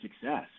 success